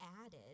added